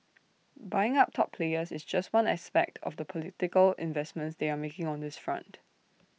buying up top players is just one aspect of the political investments they are making on this front